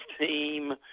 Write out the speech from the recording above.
team